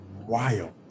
wild